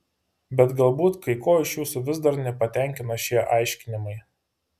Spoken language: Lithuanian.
bet galbūt kai ko iš jūsų vis dar nepatenkina šie aiškinimai